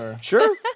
Sure